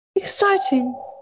Exciting